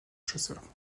chasseurs